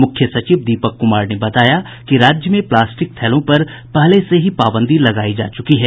मुख्य सचिव दीपक कुमार ने बताया कि राज्य में प्लास्टिक थैलों पर पहले ही पाबंदी लगाई जा चुकी है